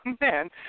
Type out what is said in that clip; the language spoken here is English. man